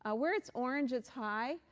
ah where it's orange, it's high.